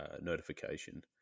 notification